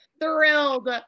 thrilled